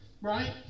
Right